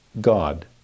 God